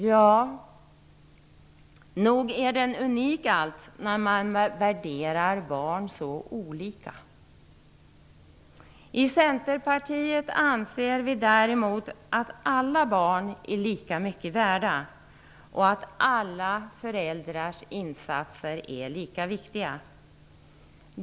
Ja, nog är den unik allt när man värderar barn så olika. I Centerpartiet anser vi däremot att alla barn är lika mycket värda och att alla föräldrars insatser är lika viktiga.